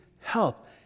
help